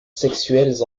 sexuelles